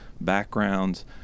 backgrounds